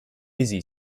busy